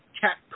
Cat